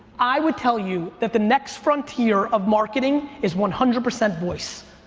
i would tell you that the next frontier of marketing is one hundred percent voice,